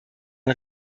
ein